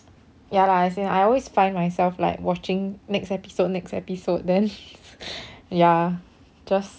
ya lah as in I always find myself like watching next episode next episode then ya just